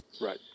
Right